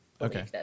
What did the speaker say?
okay